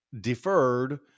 deferred